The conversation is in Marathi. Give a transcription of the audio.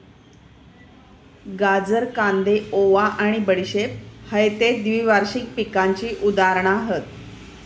गाजर, कांदे, ओवा आणि बडीशेप हयते द्विवार्षिक पिकांची उदाहरणा हत